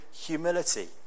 humility